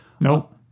Nope